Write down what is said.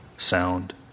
sound